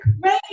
great